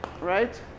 right